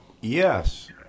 yes